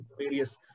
various